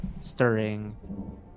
stirring